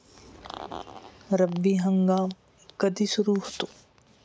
रब्बी हंगाम कधी सुरू होतो?